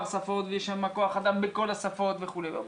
שפות ושיהיה שם כוח אדם בכל השפות וכו' וכו',